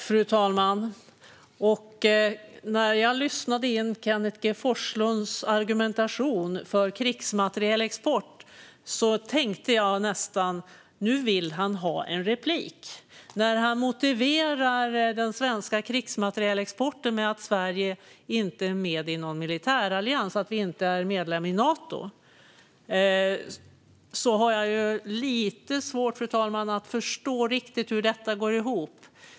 Fru talman! När jag lyssnade in Kenneth G Forslunds argumentation för krigsmaterielexport tänkte jag nästan att nu vill han ha en replik. När han motiverar den svenska krigsmaterielexporten med att Sverige inte är med i någon militärallians och inte är medlem i Nato har jag lite svårt att riktigt förstå hur detta går ihop.